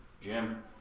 Jim